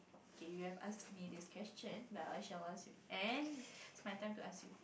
K you have asked me this question but I shall ask you and it's my time to ask you